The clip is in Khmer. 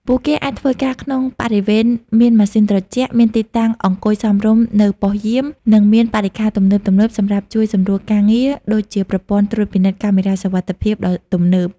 ពួកគេអាចធ្វើការក្នុងបរិវេណមានម៉ាស៊ីនត្រជាក់ មានទីតាំងអង្គុយសមរម្យនៅប៉ុស្តិ៍យាម និងមានបរិក្ខារទំនើបៗសម្រាប់ជួយសម្រួលការងារ ដូចជាប្រព័ន្ធត្រួតពិនិត្យកាមេរ៉ាសុវត្ថិភាពដ៏ទំនើប។